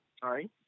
Sorry